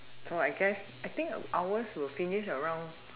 oh I guess I think ours will finish around